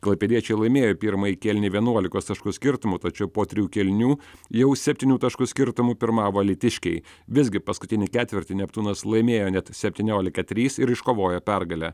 klaipėdiečiai laimėjo pirmąjį kėlinį vienuolikos taškų skirtumu tačiau po trijų kėlinių jau septynių taškų skirtumu pirmavo alytiškiai visgi paskutinį ketvirtį neptūnas laimėjo net septyniolika trys ir iškovojo pergalę